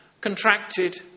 contracted